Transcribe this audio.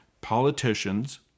politicians